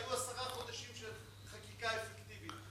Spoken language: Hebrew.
היו עשרה חודשים של חקיקה אפקטיבית.